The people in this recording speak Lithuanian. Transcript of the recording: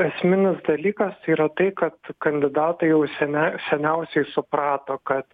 esminis dalykas yra tai kad kandidatai jau seniai seniausiai suprato kad